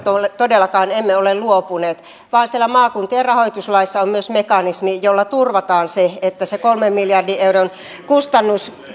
todellakaan emme ole luopuneet vaan siellä maakuntien rahoituslaissa on myös mekanismi jolla turvataan se että se kolmen miljardin euron